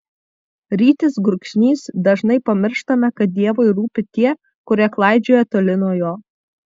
rytis gurkšnys dažnai pamirštame kad dievui rūpi tie kurie klaidžioja toli nuo jo